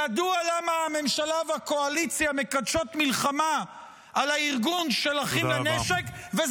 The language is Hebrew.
ידוע למה הממשלה והקואליציה מקדשות מלחמה על הארגון של אחים לנשק.